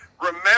remember